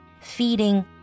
feeding